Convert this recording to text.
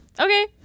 okay